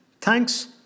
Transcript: Thanks